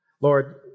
Lord